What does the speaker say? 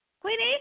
Queenie